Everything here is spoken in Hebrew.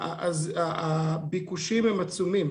הביקוש הוא עצום,